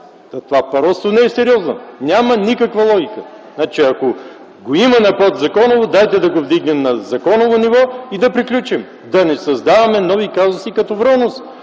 Това просто не е сериозно. Няма никаква логика! Ако го има на подзаконово, дайте да го вдигнем на законово ниво и да приключим. Да не създаваме нови казуси като „Вромос”,